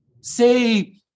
say